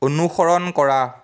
অনুসৰণ কৰা